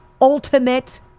ultimate